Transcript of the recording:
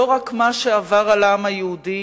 לא רק מה שעבר על העם היהודי,